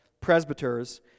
presbyters